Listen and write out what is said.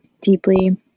deeply